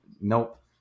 Nope